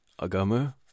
Agama